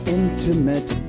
intimate